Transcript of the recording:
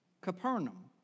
Capernaum